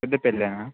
పెద్దపల్లె నా